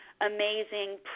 amazing